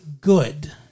good